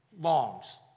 longs